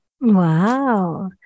Wow